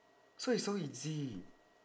so it's so easy